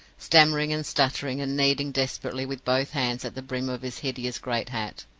stammering, and stuttering, and kneading desperately with both hands at the brim of his hideous great hat.